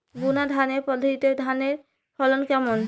বুনাধানের পদ্ধতিতে ধানের ফলন কেমন?